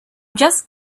just